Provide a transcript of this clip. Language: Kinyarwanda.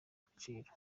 agaciro